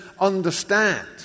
understand